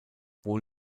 wohl